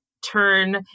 turn